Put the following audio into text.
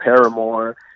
Paramore